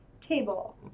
table